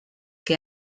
que